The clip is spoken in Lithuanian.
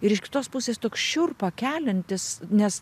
ir iš kitos pusės toks šiurpą keliantis nes